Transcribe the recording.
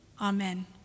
Amen